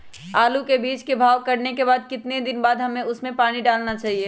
आलू के बीज के भाव करने के बाद कितने दिन बाद हमें उसने पानी डाला चाहिए?